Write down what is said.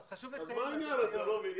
אני לא מבין,